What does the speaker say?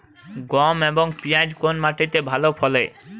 গম এবং পিয়াজ কোন মাটি তে ভালো ফলে?